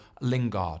Lingard